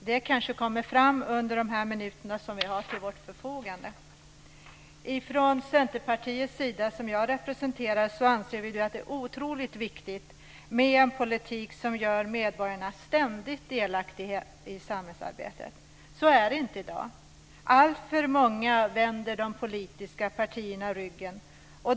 Det kanske kommer fram under de minuter som vi har till vårt förfogande. Från Centerpartiets sida, som jag representerar, anser vi att det är otroligt viktigt med en politik som gör medborgarna ständigt delaktiga i samhällsarbetet. Så är det inte i dag. Alltför många vänder de politiska partierna ryggen.